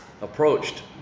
approached